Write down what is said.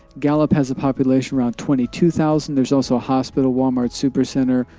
gallup has a population around twenty two thousand. there's also a hospital, walmart super center,